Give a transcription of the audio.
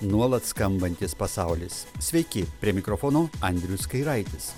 nuolat skambantis pasaulis sveiki prie mikrofono andrius kairaitis